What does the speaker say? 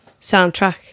soundtrack